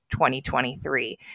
2023